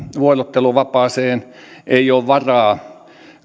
vuorotteluvapaaseen ei ole varaa